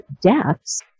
deaths